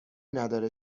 نداره